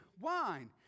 wine